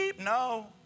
No